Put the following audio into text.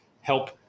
help